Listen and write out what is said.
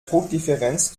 druckdifferenz